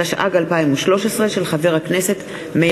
התשע"ג 2013, מאת חבר הכנסת דוד